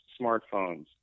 smartphones